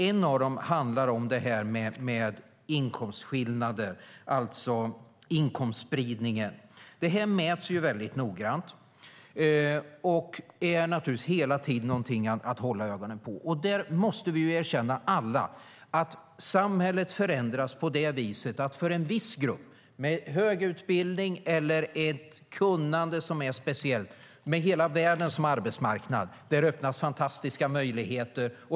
En av dem handlar om inkomstskillnader, alltså inkomstspridningen. Det här mäts väldigt noggrant och är naturligtvis någonting att hela tiden hålla ögonen på. Där måste vi alla erkänna att samhället förändras på det viset att för en viss grupp med hög utbildning eller ett speciellt kunnande, med hela världen som arbetsmarknad, öppnas fantastiska möjligheter.